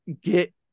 get